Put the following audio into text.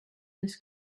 this